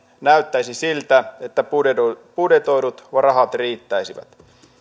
näyttäisi siltä että budjetoidut budjetoidut rahat riittäisivät